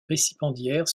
récipiendaires